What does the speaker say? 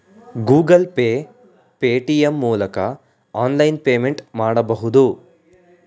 Google Pay, Paytm ಮೂಲಕ online payment ಮಾಡಬಹುದು